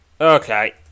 Okay